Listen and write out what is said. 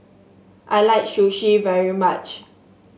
I like Sushi very much